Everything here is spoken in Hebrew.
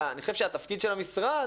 אני חושב שהתפקיד של המשרד,